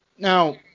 Now